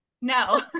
No